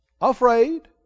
afraid